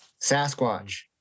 Sasquatch